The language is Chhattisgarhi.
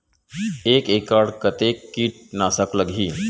एक एकड़ कतेक किट नाशक लगही?